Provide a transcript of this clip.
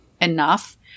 enough